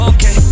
Okay